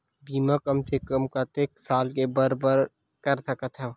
बीमा कम से कम कतेक साल के बर कर सकत हव?